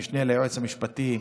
המשנה ליועץ המשפטי,